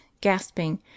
gasping